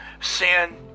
sin